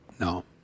No